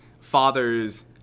father's